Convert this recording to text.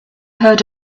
heard